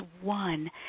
one